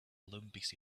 olympics